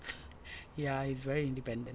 ya he's very independent